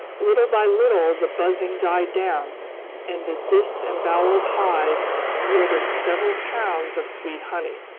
little by little the buzzing died down and the disemboweled hive yielded several pounds of sweet honey.